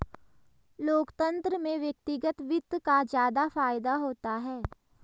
लोकतन्त्र में व्यक्तिगत वित्त का ज्यादा फायदा होता है